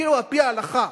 אפילו על-פי ההלכה,